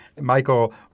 Michael